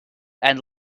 and